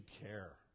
care